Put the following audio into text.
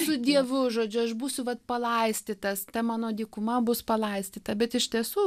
su dievu žodžiu aš būsiu vat palaistytas ta mano dykuma bus palaistyta bet iš tiesų